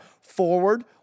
forward